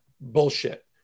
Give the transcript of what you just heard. bullshit